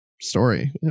story